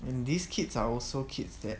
and these kids are also kids that